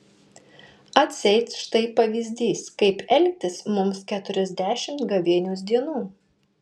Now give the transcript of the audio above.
atseit štai pavyzdys kaip elgtis mums keturiasdešimt gavėnios dienų